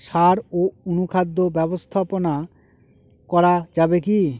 সাড় ও অনুখাদ্য ব্যবস্থাপনা করা যাবে কি?